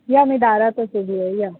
या मी दारातच उभी आहे या